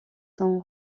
son